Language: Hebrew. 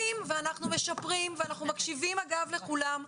ואנחנו משפרים ואנחנו מקשיבים אגב לכולם.